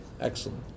Excellent